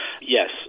Yes